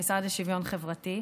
המשרד לשוויון חברתי.